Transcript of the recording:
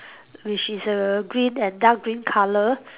which is a green and dark green colour